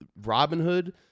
Robinhood